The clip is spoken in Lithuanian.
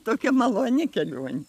tokia maloni kelionė